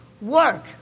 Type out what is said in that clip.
work